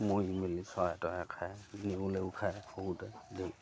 মৰি মেলি চৰাই তৰাই খায় নেউলেও খায় সৰুতে ঢেৰ